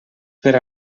per